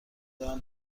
دارم